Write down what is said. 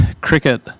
cricket